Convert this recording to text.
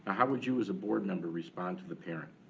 how would you as a board member respond to the parent?